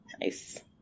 nice